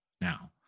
Now